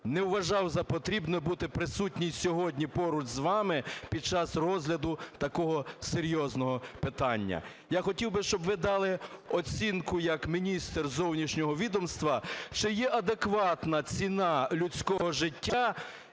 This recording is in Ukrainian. не вважав за потрібне бути присутнім сьогодні поруч з вами під час розгляду такого серйозного питання. Я хотів би, щоб ви дали оцінку як міністр зовнішнього відомства, чи є адекватна ціна людського життя,